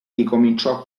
ricominciò